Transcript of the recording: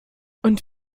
und